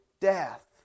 death